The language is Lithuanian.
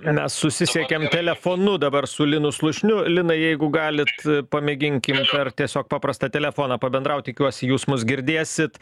mes susisiekėm telefonu dabar su linu slušniu linai jeigu galit pamėginkim per tiesiog paprastą telefoną pabendraut tikiuosi jūs mus girdėsit